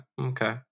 Okay